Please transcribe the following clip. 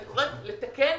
אני קוראת לתקן